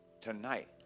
Tonight